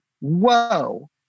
whoa